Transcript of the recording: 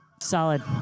Solid